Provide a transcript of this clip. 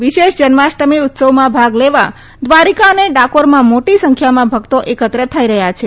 વિશેષ જન્માષ્ટમી મહોત્સવમાં ભાગ લેવા દ્વારિકા અને ડાકોરમાં મોટી સંખ્યામાં ભક્તો એકત્ર થઈ રહ્યા છે